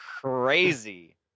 crazy